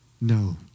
No